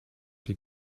die